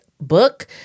book